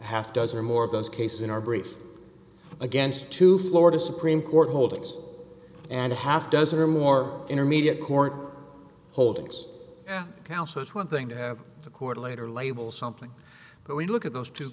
half dozen or more of those cases in our brief against two florida supreme court holdings and a half dozen or more intermediate court holdings and now so it's one thing to have a court later label something but we look at those two